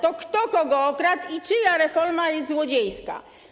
To kto kogo okradł i czyja reforma jest złodziejska?